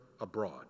Abroad